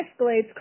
escalates